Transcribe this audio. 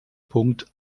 punkt